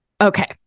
Okay